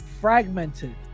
fragmented